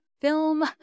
film